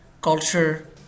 culture